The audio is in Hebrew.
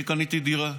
אני קניתי דירה.